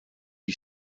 you